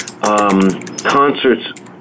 concerts